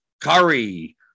Curry